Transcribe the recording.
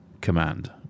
command